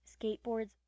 skateboards